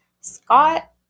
Scott